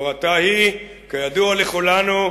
הורתה היא, כידוע לכולנו,